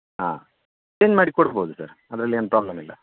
ಹಾಂ ಚೇಂಜ್ ಮಾಡಿ ಕೊಡ್ಬೋದು ಸರ್ ಅದ್ರಲ್ಲೇನು ಪ್ರಾಬ್ಲಮ್ ಇಲ್ಲ